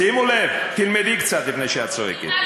שימו לב, תלמדי קצת לפני שאת צועקת.